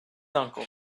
uncle